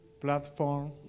platform